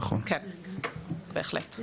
כן, בהחלט.